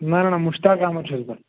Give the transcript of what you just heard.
نہَ نہَ مُشتاق احمد چھُس بہٕ